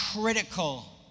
critical